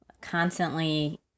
Constantly